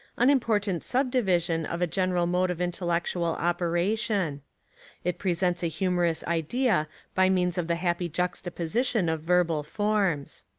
unimportant subdivision of a general mode of intellectual operation it presents a humor ous idea by means of the happy juxtaposition of verbal forms.